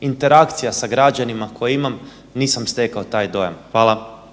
interakcija sa građanima koje imam nisam stekao taj dojam. Hvala.